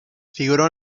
figuró